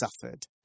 suffered